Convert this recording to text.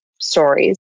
stories